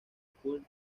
school